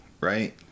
right